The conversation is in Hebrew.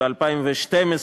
ב-2012,